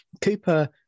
Cooper